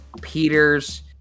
peters